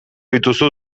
dituzu